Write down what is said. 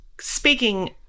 Speaking